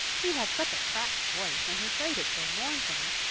he had such a cracked voice and he prayed it so mournfully.